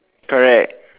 correct